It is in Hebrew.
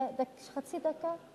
חצי דקה?